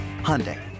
Hyundai